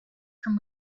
from